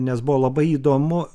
nes buvo labai įdomu